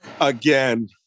again